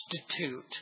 substitute